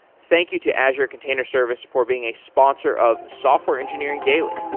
thank you to azure container service for being a sponsor of software engineering daily.